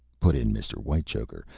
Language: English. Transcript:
put in mr. whitechoker,